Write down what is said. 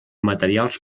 materials